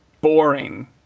boring